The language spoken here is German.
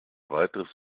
weiteres